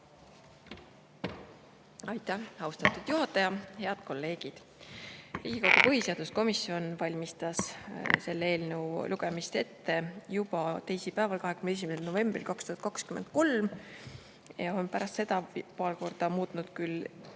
Aitäh, austatud juhataja! Head kolleegid! Riigikogu põhiseaduskomisjon valmistas selle eelnõu lugemist ette juba teisipäeval, 21. novembril 2023, ja on pärast seda paar korda muutnud